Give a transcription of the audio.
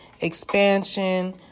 expansion